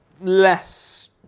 less